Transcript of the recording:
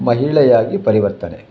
ಮಹಿಳೆಯಾಗಿ ಪರಿವರ್ತನೆ